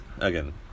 again